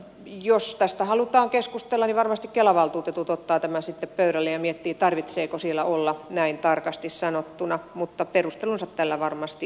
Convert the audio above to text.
jos tästä halutaan keskustella niin varmasti kela valtuutetut ottavat tämän sitten pöydälle ja miettivät tarvitseeko siellä olla näin tarkasti sanottuna mutta perustelunsa tällä varmasti on